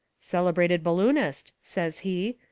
celebrated balloonist, says he,